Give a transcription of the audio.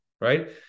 right